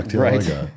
Right